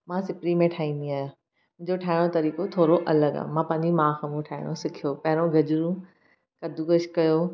मां सिपरी में ठाहींदी आहियां मुंहिंजो ठाहिण जो तरीक़ो थोरो अलॻि आहे मां पंहिंजी माउ खे उहो ठाहिण सिखियो पहिरों गजरूं कदूकसि कयो